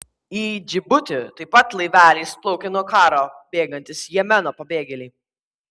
į džibutį taip pat laiveliais plaukia nuo karo bėgantys jemeno pabėgėliai